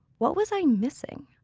what was i missing?